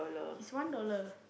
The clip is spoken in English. is one dollar